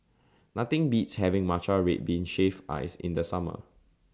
Nothing Beats having Matcha Red Bean Shaved Ice in The Summer